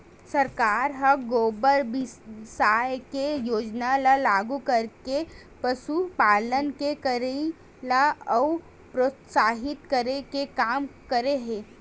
सरकार ह गोबर बिसाये के योजना ल लागू करके पसुपालन के करई ल अउ प्रोत्साहित करे के काम करे हे